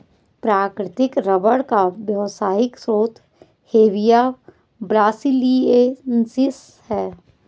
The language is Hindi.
प्राकृतिक रबर का व्यावसायिक स्रोत हेविया ब्रासिलिएन्सिस है